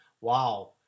wow